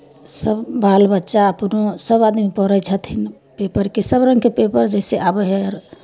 सभ बाल बच्चा अपनो सभ आदमी पढ़ै छथिन पेपरके सभ रङ्गके पेपर जइसे आबै हइ अर